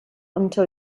until